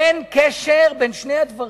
אין קשר בין שני הדברים.